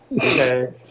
okay